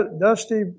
Dusty